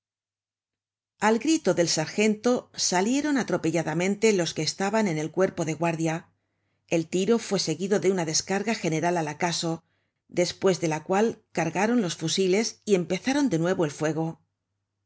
al grito del sargento salieron atropelladamente los que estaban en el cuerpo de guardia el tiro fue seguido de una descarga general al acaso despues de la cual cargaron los fusiles y empezaron de nuevo el fuego